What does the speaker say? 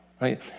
right